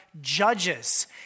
Judges